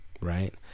right